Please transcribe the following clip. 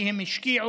כי הם השקיעו,